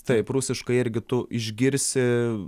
taip rusiškai irgi tu išgirsi